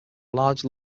large